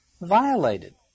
violated